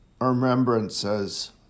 remembrances